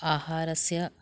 आहारस्य